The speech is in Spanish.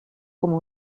como